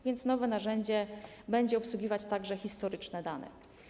Więc nowe narzędzie będzie obsługiwać także historyczne dane.